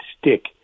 stick